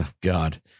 God